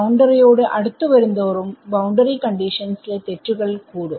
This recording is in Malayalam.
ബൌണ്ടറി യോട് അടുത്ത് വരുന്തോറും ബൌണ്ടറി കണ്ടിഷൻസ് ലെ തെറ്റുകൾ കൂടും